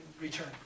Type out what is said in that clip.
return